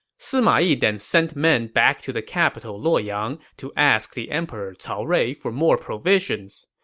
sima yi then sent men back to the capital luoyang to ask the emperor cao rui for more provisions.